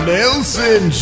Nelson